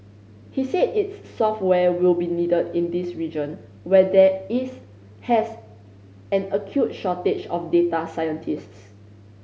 he said its software will be needed in this region where there is has an acute shortage of data scientists